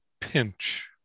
pinch